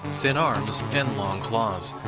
thin arms, and long claws,